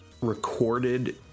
recorded